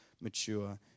mature